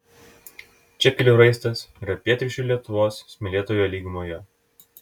čepkelių raistas yra pietryčių lietuvos smėlėtoje lygumoje